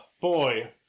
boy